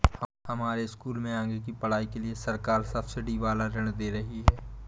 हमारे स्कूल में आगे की पढ़ाई के लिए सरकार सब्सिडी वाला ऋण दे रही है